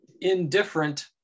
indifferent